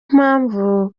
mpamvu